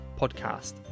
podcast